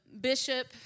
Bishop